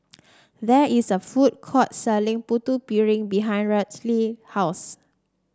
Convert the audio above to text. there is a food court selling Putu Piring behind Raelynn's house